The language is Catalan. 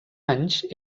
anys